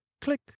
Click